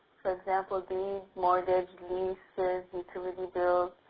for example, the mortgage, leases, utility bills,